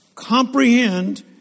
comprehend